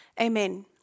amen